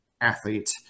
athlete